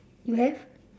you have